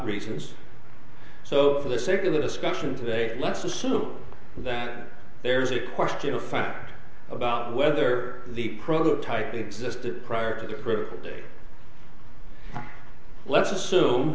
reasons so for the sake of the discussion today let's assume that there's a question of fact about whether the prototype existed prior to the present day let's assume